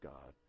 God